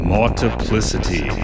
Multiplicity